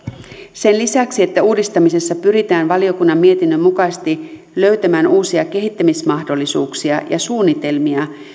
sen lisäksi että uudistamisessa pyritään valiokunnan mietinnön mukaisesti löytämään uusia kehittämismahdollisuuksia ja suunnitelmia